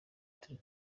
turi